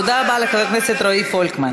תודה רבה לחבר הכנסת רועי פולקמן.